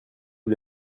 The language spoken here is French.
les